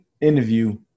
interview